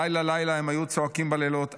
לילה-לילה הם היו צועקים בלילות "אבא,